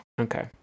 okay